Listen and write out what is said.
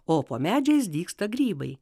o po medžiais dygsta grybai